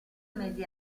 mesi